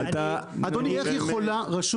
--- מה הקשר?